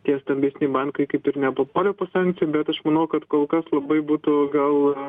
tie stambesni bankai kaip ir nepapuolė po sankcijų bet aš manau kad kol kas labai būtų gal